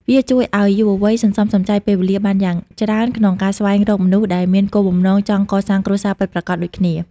វាជួយឱ្យយុវវ័យសន្សំសំចៃពេលវេលាបានយ៉ាងច្រើន ក្នុងការស្វែងរកមនុស្សដែលមានគោលបំណងចង់កសាងគ្រួសារពិតប្រាកដដូចគ្នា។